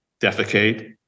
defecate